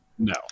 No